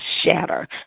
shatter